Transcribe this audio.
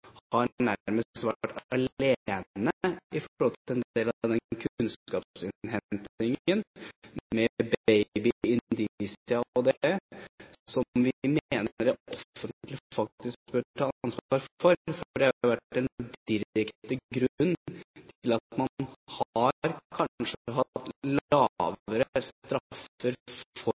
nærmest har vært alene i forhold til en del av kunnskapsinnhentingen, med «Baby Justicia» og det, som vi mener det offentlige faktisk bør ta ansvar for. Det har jo vært en direkte grunn til at man kanskje har hatt lavere straffer for vold og drap mot barn enn man har hatt